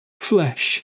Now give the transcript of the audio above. flesh